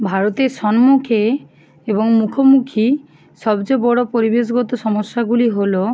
ভারতের সম্মুখে এবং মুখোমুখি সবচেয়ে বড় পরিবেশগত সমস্যাগুলি হল